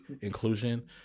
inclusion